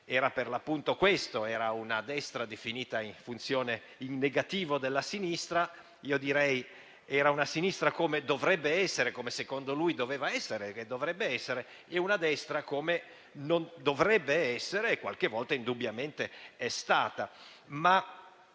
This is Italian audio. una destra definita in negativo della sinistra. Io direi che era una sinistra, come secondo lui doveva essere e dovrebbe essere, e una destra come non dovrebbe essere e come, qualche volta, indubbiamente è stata.